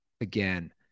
again